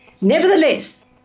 nevertheless